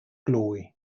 glory